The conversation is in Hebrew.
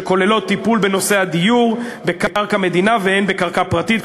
שכוללות טיפול בנושא הדיור הן בקרקע מדינה והן בקרקע פרטית,